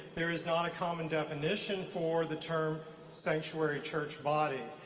there is not a common definition for the term sanctuary church body.